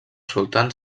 sultans